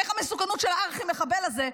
איך המסוכנות של הארכי-מחבל הזה,